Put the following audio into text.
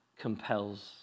compels